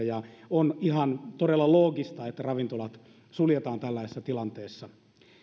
ja on todella loogista että ravintolat suljetaan tällaisessa tilanteessa